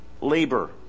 labor